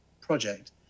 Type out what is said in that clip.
project